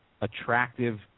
Attractive